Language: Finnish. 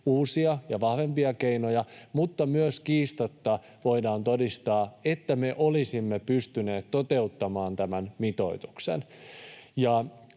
uusia ja vahvempia keinoja. Mutta myös kiistatta voidaan todistaa, että me olisimme pystyneet toteuttamaan tämän mitoituksen.